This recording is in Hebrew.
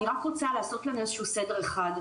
אני רק רוצה לעשות לנו איזה שהוא סדר אחד,